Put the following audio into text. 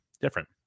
different